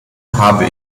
habe